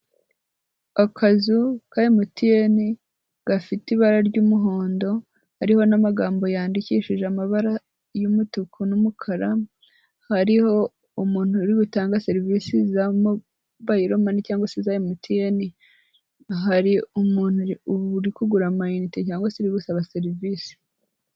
Akazu ka MTN gafite ibara ry'umuhondo, hariho n'amagambo yandikishije amabara y'umutuku n'umukara, hariho umuntu uri gutanga serivise za mobayiro mani cyangwa se za MTN, hari umuntu uri kugura ama inite cyangwa se uri gusaba serivisi.